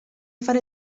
fare